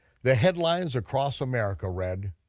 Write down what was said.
the headlines across america read,